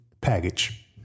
package